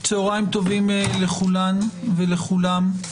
צהרים טובים לכולן ולכולם.